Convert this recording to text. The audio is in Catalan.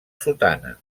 sotana